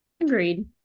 agreed